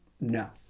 No